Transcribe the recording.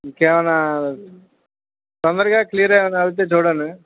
ఇంకా ఏమన్నా తొందరగా క్లియర్ ఏమైనా అయితే చూడండి